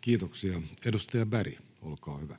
Kiitoksia. — Edustaja Berg, olkaa hyvä.